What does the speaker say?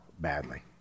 badly